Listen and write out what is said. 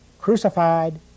crucified